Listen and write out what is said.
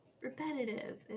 repetitive